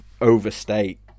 overstate